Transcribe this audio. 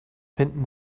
finden